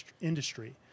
industry